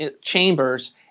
chambers